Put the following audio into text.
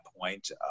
point